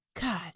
God